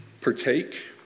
partake